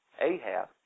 Ahab